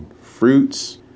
fruits